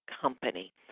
company